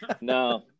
No